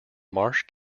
marsh